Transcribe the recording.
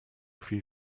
viel